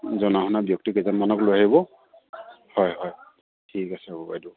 জনা শুনা ব্যক্তি কেইজনমানক লৈ আহিব হয় হয় ঠিক আছে হ'ব বাইদেউ